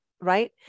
right